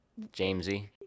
Jamesy